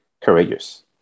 courageous